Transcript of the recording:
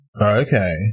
okay